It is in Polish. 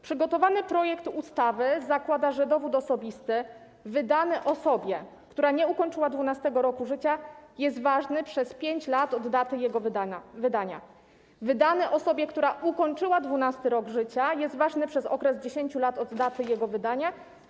Przygotowany projekt ustawy zakłada, że dowód osobisty wydany osobie, która nie ukończyła 12. roku życia, jest ważny przez 5 lat od daty jego wydania, a wydany osobie, która ukończyła 12. rok życia, jest ważny przez okres 10 lat od daty jego wydania.